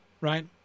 Right